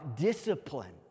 Discipline